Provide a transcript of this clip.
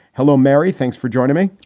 hello, mary. thanks for joining me.